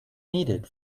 needed